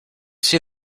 see